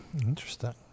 Interesting